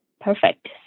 Perfect